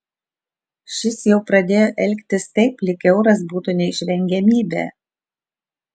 šis jau pradėjo elgtis taip lyg euras būtų neišvengiamybė